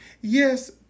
Yes